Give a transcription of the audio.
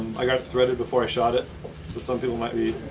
i got threaded before i shot it. so some people might be